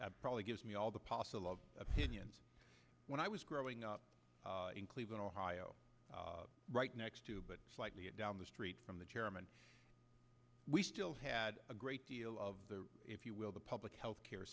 that probably gives me all the possible of opinions when i was growing up in cleveland ohio right next to but down the street from the chairman we still had a great deal of the if you will the public health care